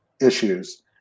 issues